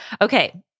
Okay